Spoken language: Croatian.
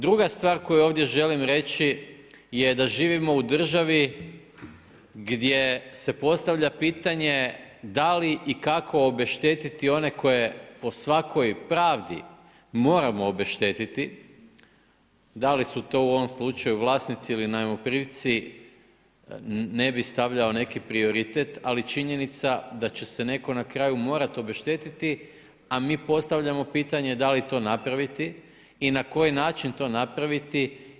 Druga stvar koju ovdje želim reći je da živimo u državi gdje se postavlja pitanje da li i kako obešteti one koje po svakoj pravdi moramo obeštetiti, da li su to u ovom slučaju vlasnici ili najmoprimci, ne bi stavljao neki prioritet, ali je činjenica da će se neko na kraju morat obeštetiti, a mi postavljamo pitanje da li to napraviti i na koji način to napraviti.